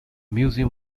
museum